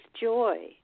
joy